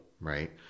right